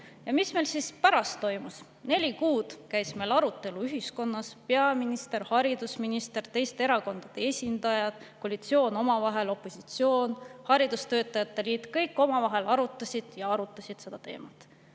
Mis siis pärast toimus? Neli kuud käis ühiskonnas arutelu. Peaminister, haridusminister, teiste erakondade esindajad, koalitsioon omavahel, opositsioon, haridustöötajate liit – kõik arutasid ja arutasid seda teemat.